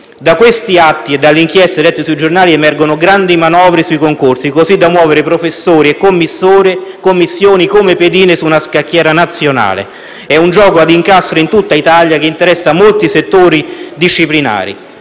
Da questi atti e dalle inchieste lette sui giornali emergono grandi manovre sui concorsi, così da muovere professori e commissioni come pedine su una scacchiera nazionale. È un gioco ad incastri in tutta Italia che interessa molti settori disciplinari,